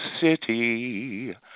city